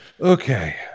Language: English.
Okay